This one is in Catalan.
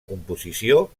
composició